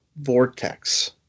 vortex